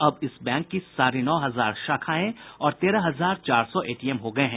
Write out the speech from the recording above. अब इस बैंक की साढ़े नौ हजार शाखाएं और तेरह हजार चार सौ एटीएम हो गए हैं